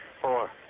four